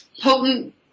potent